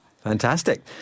Fantastic